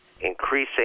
increasing